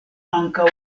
ankaŭ